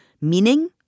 meaning